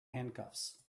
handcuffs